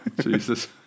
Jesus